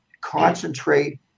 concentrate